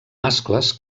mascles